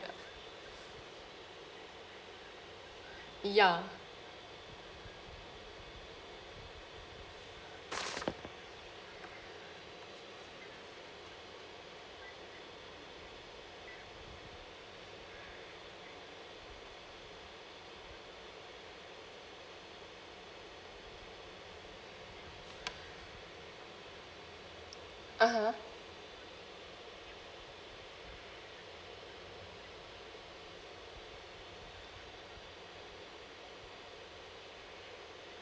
ya (uh huh)